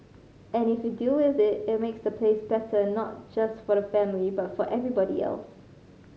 and if you deal with it it makes the place better not just for the family but for everybody else